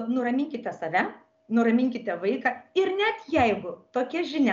nuraminkite save nuraminkite vaiką ir net jeigu tokia žinia